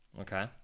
Okay